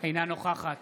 אינה משתתפת